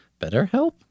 Betterhelp